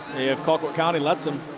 colquitt county lets them.